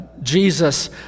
Jesus